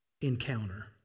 encounter